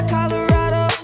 Colorado